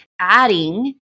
adding